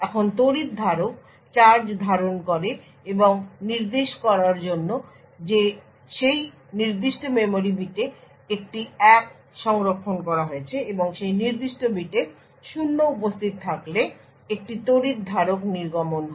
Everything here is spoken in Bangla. এখন তড়িৎ ধারক চার্জ ধারণ করে এবং নির্দেশ করার জন্য যে সেই নির্দিষ্ট মেমরি বিটে একটি 1 সংরক্ষণ করা হয়েছে বা সেই নির্দিষ্ট বিটে 0 উপস্থিত থাকলে একটি তড়িৎ ধারক নির্গমন হয়